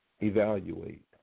Evaluate